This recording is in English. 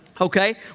Okay